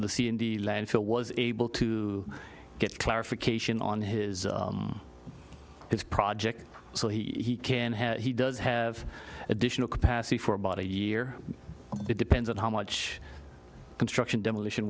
the sea in the landfill was able to get clarification on his his project so he can have he does have additional capacity for about a year it depends on how much construction demolition